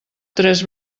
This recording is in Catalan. tres